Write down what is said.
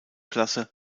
klasse